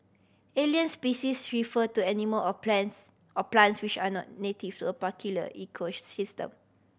alien species refer to animal or plans or plants which are not native to a particular